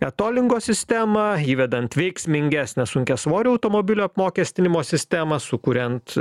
etolingo sistemą įvedant veiksmingesnę sunkiasvorių automobilių apmokestinimo sistemą sukuriant